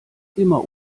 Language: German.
immer